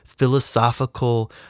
philosophical